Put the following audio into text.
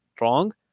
wrong